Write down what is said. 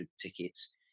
tickets